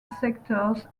sectors